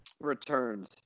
Returns